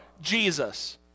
Jesus